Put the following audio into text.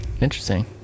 Interesting